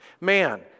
Man